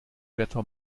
wetter